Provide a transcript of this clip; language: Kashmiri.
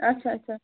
اچھا اچھا